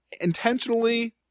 intentionally